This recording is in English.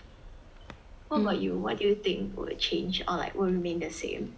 what about you what do you think would change or like will remain the same